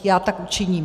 Já tak učiním.